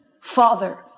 Father